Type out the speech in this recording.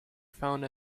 found